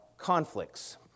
conflicts